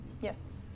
Yes